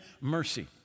mercy